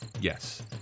Yes